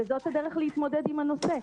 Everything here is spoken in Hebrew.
וזאת הדרך להתמודד עם הנושא.